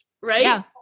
right